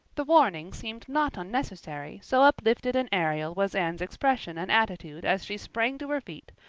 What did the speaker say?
the warning seemed not unnecessary, so uplifted and aerial was anne's expression and attitude as she sprang to her feet,